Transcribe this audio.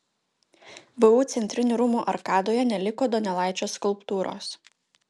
vu centrinių rūmų arkadoje neliko donelaičio skulptūros